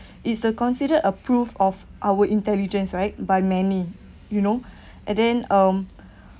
is considered approve of our intelligence right by many you know and then um